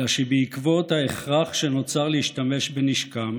אלא שבעקבות ההכרח שנוצר להשתמש בנשקם